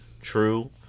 true